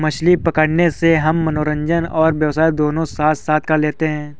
मछली पकड़ने से हम मनोरंजन और व्यवसाय दोनों साथ साथ कर लेते हैं